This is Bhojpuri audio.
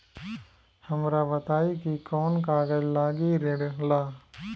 हमरा बताई कि कौन कागज लागी ऋण ला?